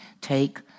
take